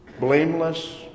blameless